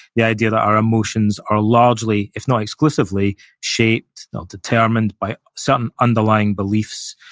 the idea that our emotions are largely, if not exclusively shaped or determined by certain underlying beliefs,